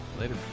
later